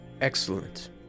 Excellent